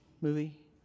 movie